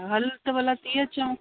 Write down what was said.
हा हल त भला थी अचूं